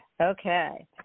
Okay